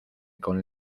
con